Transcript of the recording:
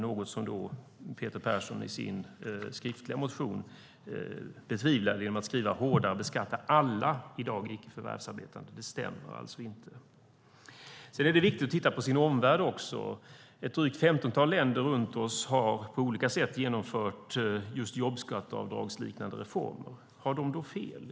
Detta betvivlade Peter Persson i sin interpellation genom att skriva att man beskattar alla i dag icke förvärvsarbetande hårdare. Det stämmer alltså inte. Det är också viktigt att titta på sin omvärld. Ett drygt femtontal länder runt oss har på olika sätt genomfört just jobbskatteavdragsliknande reformer. Har de då fel?